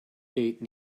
gate